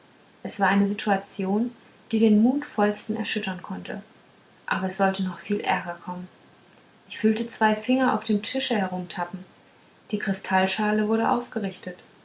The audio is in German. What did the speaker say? es war eine situation die den mutvollsten erschüttern konnte aber es sollte noch viel ärger kommen ich fühlte zwei finger auf dem tische herumtappen die kristallschale wurde aufgerichtet